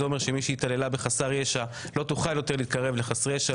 מה שאומר שמי שהתעללה בחסר ישע לא תוכל יותר להתקרב לחסרי ישע,